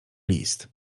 list